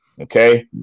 Okay